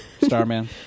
Starman